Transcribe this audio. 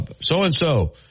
So-and-so